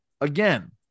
Again